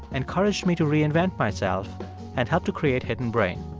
encouraged me to reinvent myself and helped to create hidden brain.